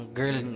girl